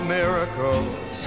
miracles